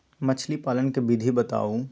मछली पालन के विधि बताऊँ?